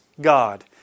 God